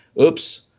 oops